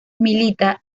milita